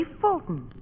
Fulton